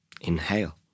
Inhale